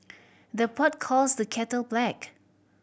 the pot calls the kettle black